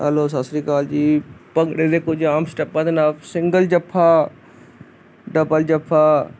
hello Sat Sri Akal ji ਭੰਗੜੇ ਦੇ ਕੁਝ ਆਮ ਸਟੈਪਾਂ ਦੇ ਨਾਮ ਸਿੰਗਲ ਜੱਫਾ ਡਬਲ ਜੱਫਾ